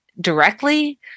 directly